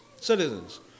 citizens